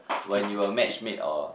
when you were matchmade or